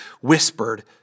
whispered